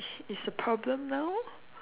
she is the problem now lor